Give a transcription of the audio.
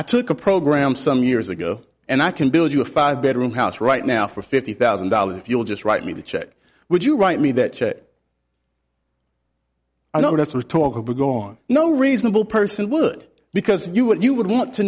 i took a program some years ago and i can build you a five bedroom house right now for fifty thousand dollars if you'll just write me the check would you write me that i notice we're talking to gone no reasonable person would because you would you would want to